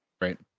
right